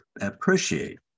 appreciate